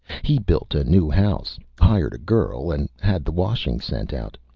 he built a new house, hired a girl and had the washing sent out.